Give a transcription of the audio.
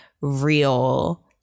real